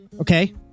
Okay